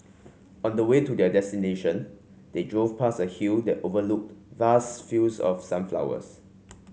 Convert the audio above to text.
on the way to their destination they drove past a hill that overlooked vast fields of sunflowers